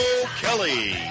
Kelly